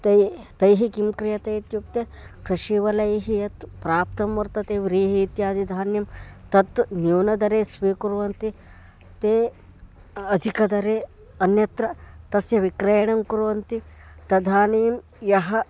ते तैः किं क्रियते इत्युक्ते कृषिवलैः यत् प्राप्तं वर्तते व्रीहिः इत्यादि धान्यं तत्तु न्यूनदरे स्वीकुर्वन्ति ते अधिक दरे अन्यत्र तस्य विक्रयणं कुर्वन्ति तदानीं यः